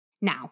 Now